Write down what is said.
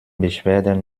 beschwerden